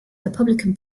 republican